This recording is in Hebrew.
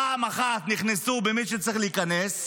פעם אחת נכנסו במי שצריך להיכנס,